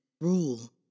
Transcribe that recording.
Rule